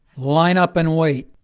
line up and wait.